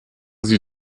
sie